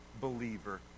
believer